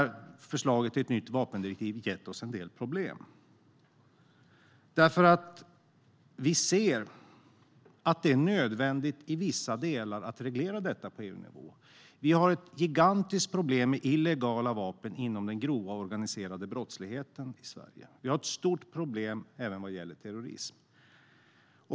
Förslaget till nytt vapendirektiv har gett oss en del problem. Vi ser nämligen att det är nödvändigt i vissa delar att reglera detta på EU-nivå. Vi har ett gigantiskt problem med illegala vapen inom den grova organiserade brottsligheten i Sverige, och vi har ett stort problem även vad gäller terrorism.